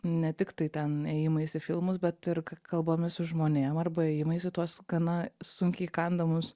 ne tik tai ten ėjimais į filmus bet ir kalbomis su žmonėm arba ėjimais į tuos gana sunkiai įkandamus